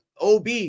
Ob